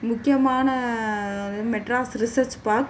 முக்கியமான Madras research park